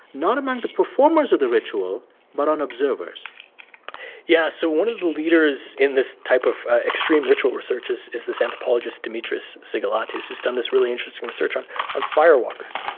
not among the performers of the ritual but on observers yeah. so one of the leaders in this type of extreme ritual research is is this anthropologist, dimitris xygalatas, who's done this really interesting research on on fire walkers.